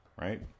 right